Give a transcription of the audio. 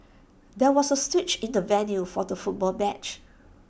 there was A switch in the venue for the football match